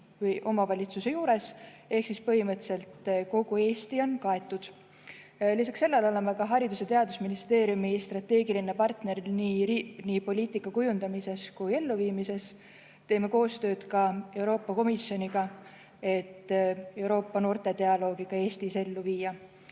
75 omavalitsuse juures ehk siis põhimõtteliselt kogu Eesti on kaetud. Lisaks sellele oleme Haridus‑ ja Teadusministeeriumi strateegiline partner nii poliitika kujundamises kui ka elluviimises. Teeme koostööd Euroopa Komisjoniga, et "Euroopa Noortedialoogi" ka Eestis ellu viia.